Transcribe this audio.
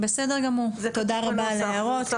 בסדר גמור, תודה רבה על ההערות.